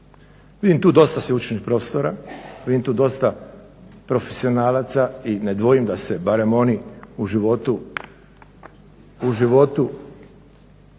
Vidim tu dosta sveučilišnih profesora, vidim tu dosta profesionalaca i ne dvojim da se berem oni u životu